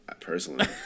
personally